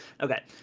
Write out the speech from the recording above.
Okay